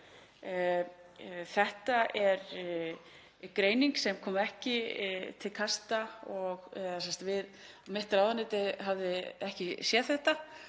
Þetta er greining sem kom ekki til kasta okkar, mitt ráðuneyti hafði ekki séð þetta.